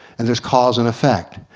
and there is cause and effect,